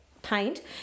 Paint